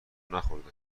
نخورده